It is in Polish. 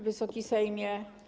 Wysoki Sejmie!